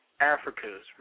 Africa's